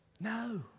No